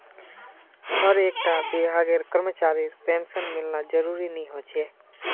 हर एक टा विभागेर करमचरीर पेंशन मिलना ज़रूरी नि होछे